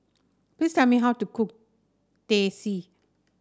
please tell me how to cook Teh C